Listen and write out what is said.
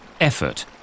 effort